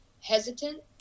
hesitant